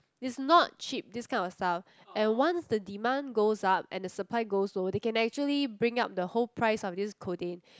it's not cheap this kind of stuff and once the demand goes up and the supply goes low they can actually bring up the whole price of this codeine